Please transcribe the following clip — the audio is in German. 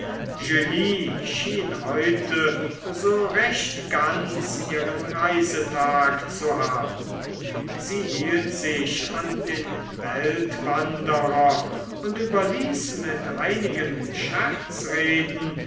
schien heute so recht ganz ihren reisetag zu haben sie hielt sich an den weltwanderer und überließ mit einigen